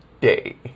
day